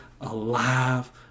alive